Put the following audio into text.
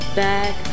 back